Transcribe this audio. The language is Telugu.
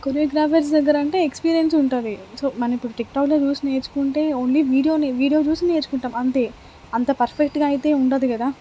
కొరియోగ్రాఫర్స్ దగ్గరంటే ఎక్స్పీరియన్స్ ఉంటుంది సో మనం ఇపుడు టిక్టాక్లో చూసి నేర్చుకుంటే ఓన్లీ వీడియోనే వీడియో చూసి నేర్చుకుంటాం అంతే అంత పర్ఫెక్ట్గా అయితే ఉండదు కదా